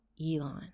Elon